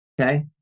okay